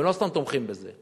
הם לא סתם תומכים בזה.